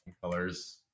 colors